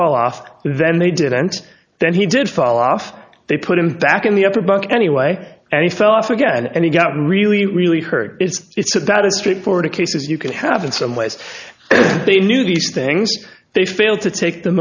fall off then they didn't then he did fall off they put him back in the upper bunk anyway and he fell off again and he got really really hurt it's about a straightforward case as you could have in some ways they knew these things they fail to take the